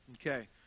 Okay